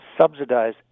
subsidize